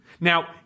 Now